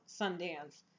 Sundance